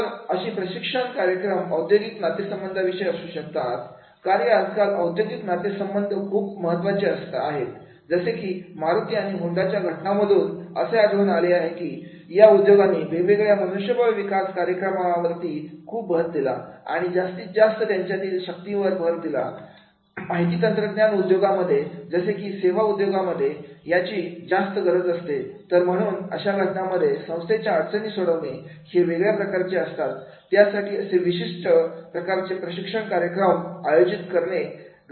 तर अशी प्रशिक्षण कार्यक्रम औद्योगिक नातेसंबंधांविषयी असू शकतात कार्य आज काल औद्योगिक नातेसंबंध खूप महत्त्वाचे आहेत जसे की मारुती आणि होंडा च्या घटनांमधून असे आढळून आले की या उद्योगांनी वेळोवेळी मनुष्यबळ विकास कार्यक्रम आवर्ती खूप भर दिला आणि जास्तीत जास्त त्यांच्यातील शक्तीवर भर दिला माहिती तंत्रज्ञान उद्योगांमध्ये जसे की सेवा उद्योगांमध्ये याची जास्त गरज असते तर म्हणून अशा घटनांमध्ये संस्थेच्या अडचणी सोडवणे हे वेगळे प्रकारचे असतात त्यासाठी असे विशिष्ट प्रकारचे प्रशिक्षण कार्यक्रम ओम आयोजित केले जाऊ शकतात